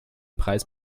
preis